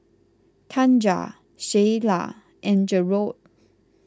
Tanja Sheyla and Jerod